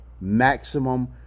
maximum